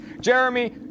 Jeremy